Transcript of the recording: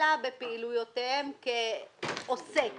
אלא בפעילויותיהם כעוסק